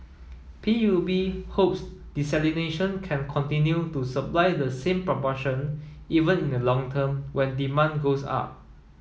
P U B hopes desalination can continue to supply the same proportion even in the long term when demand goes up